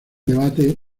debate